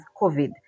COVID